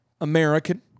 American